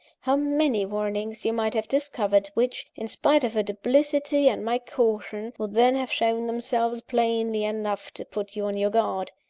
how many warnings you might have discovered, which, in spite of her duplicity and my caution, would then have shown themselves plainly enough to put you on your guard!